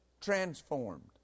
transformed